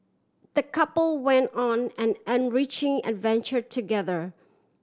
the couple went on an enriching adventure together